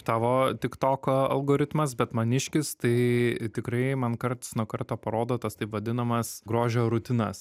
tavo tiktoko algoritmas bet maniškis tai tikrai man karts nuo karto parodo tas taip vadinamas grožio rutinas